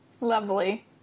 Lovely